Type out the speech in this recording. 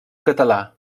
català